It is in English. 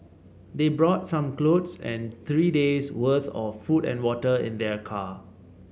they brought some clothes and three day's worth of food and water in their car